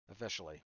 officially